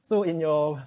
so in your